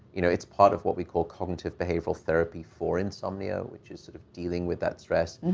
you know, it's part of what we call cognitive behavioral therapy for insomnia, which is sort of dealing with that stress,